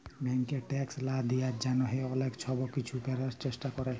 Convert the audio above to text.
ব্যাংকে ট্যাক্স লা দিবার জ্যনহে অলেক ছব কিছু ক্যরার চেষ্টা ক্যরে